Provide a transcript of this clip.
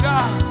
God